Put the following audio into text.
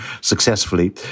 successfully